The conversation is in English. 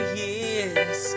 years